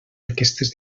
aquestes